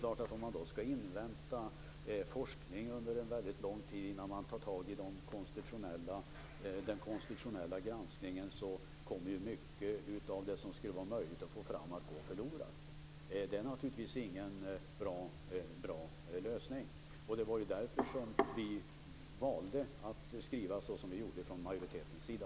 Skall man då invänta forskning under lång tid innan man tar tag i den konstitutionella granskningen, kommer mycket av det som skulle vara möjligt att få fram att gå förlorat. Det är naturligtvis ingen bra lösning. Det var därför vi från majoritetens sida valde att skriva som vi gjorde.